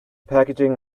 packaging